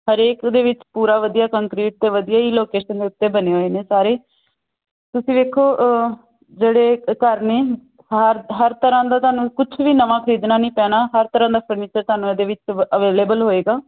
ਹਰੇਕ ਦੇ ਵਿੱਚ ਪੂਰਾ ਵਧੀਆ ਕੰਕਰੀਟ ਅਤੇ ਵਧੀਆ ਲੋਕੇਸ਼ਨ ਉੱਤੇ ਬਣੇ ਹੋਏ ਨੇ ਸਾਰੇ ਤੁਸੀਂ ਵੇਖੋ ਜਿਹੜੇ ਘਰ ਨੇ ਹਾਰ ਹਰ ਤਰ੍ਹਾਂ ਦਾ ਤੁਹਾਨੂੰ ਕੁਛ ਵੀ ਨਵਾਂ ਖਰੀਦਣਾ ਨਹੀਂ ਪੈਣਾ ਹਰ ਤਰ੍ਹਾਂ ਦਾ ਫਰਨੀਚਰ ਤੁਹਾਨੂੰ ਇਹਦੇ ਵਿੱਚ ਅਵੇਲੇਬਲਨ ਹੋਏਗਾ